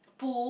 Poo